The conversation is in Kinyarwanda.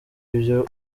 ibyo